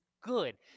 good